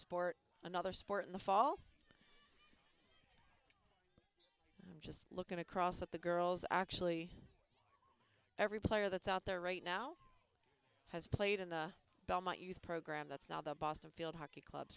sport another sport in the fall just looking across at the girls actually every player that's out there right now has played in the belmont youth program that's now the boston field hockey club